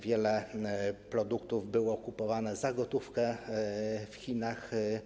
Wiele produktów było kupowanych za gotówkę w Chinach.